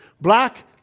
Black